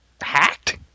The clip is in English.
Hacked